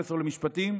פרופ' למשפטים,